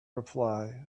reply